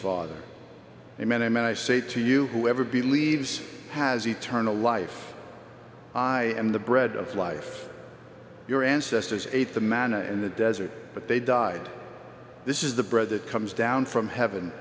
father a man and i say to you whoever believes has eternal life i am the bread of life your ancestors ate the manna in the desert but they died this is the bread that comes down from heaven